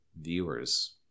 viewers